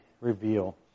reveal